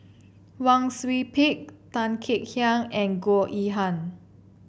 Wang Sui Pick Tan Kek Hiang and Goh Yihan